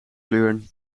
kleuren